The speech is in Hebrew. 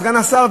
סגן השר,